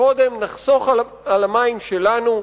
קודם נחסוך את המים שלנו,